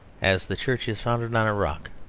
as the church is founded on a rock.